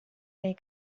nei